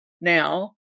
now